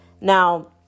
Now